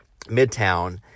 Midtown